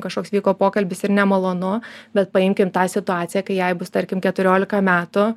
kažkoks vyko pokalbis ir nemalonu bet paimkim tą situaciją kai jai bus tarkim keturiolika metų